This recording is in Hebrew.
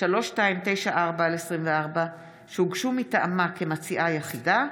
פ/3080/24 ופ/3294/24, שהוגשו מטעמה כמציעה יחידה,